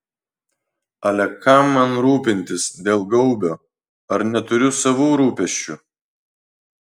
ale kam man rūpintis dėl gaubio ar neturiu savų rūpesčių